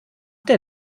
der